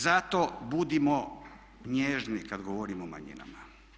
Zato budimo nježni kada govorimo o manjinama.